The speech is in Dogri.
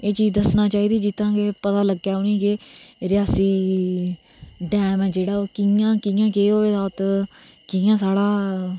एह् चीज दस्सना चाहिदी जित्तां के पता लग्गे उनेंगी केह् रियासी डैम ऐ जेहड़ा उत्थै कियां केह् होऐ दा कियां साढ़ा